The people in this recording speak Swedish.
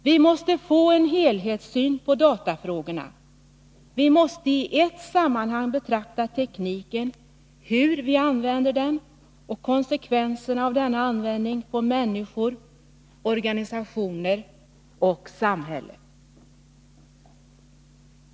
Vi måste få en helhetssyn på datafrågorna, och vi måste i ett sammanhang betrakta tekniken, hur vi använder den och konsekvenserna av denna användning på människor, organisationer och samhälle.